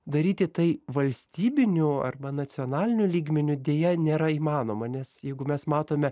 daryti tai valstybiniu arba nacionaliniu lygmeniu deja nėra įmanoma nes jeigu mes matome